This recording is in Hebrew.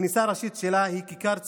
הכניסה הראשית שלה היא כיכר צרה,